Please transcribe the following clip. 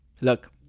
Look